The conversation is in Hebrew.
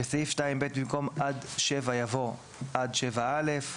(2)בסעיף 2(ב), במקום "עד (7)" יבוא "עד (7א)".